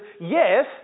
yes